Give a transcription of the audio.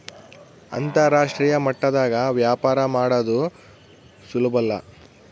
ಅಂತರಾಷ್ಟ್ರೀಯ ಮಟ್ಟದಾಗ ವ್ಯಾಪಾರ ಮಾಡದು ಸುಲುಬಲ್ಲ